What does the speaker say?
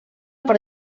per